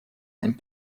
and